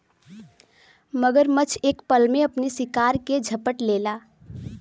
मगरमच्छ एक पल में अपने शिकार के झपट लेला